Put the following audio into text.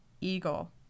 Eagle